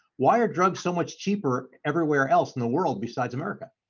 why are drugs so much cheaper everywhere else in the world besides america?